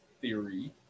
theory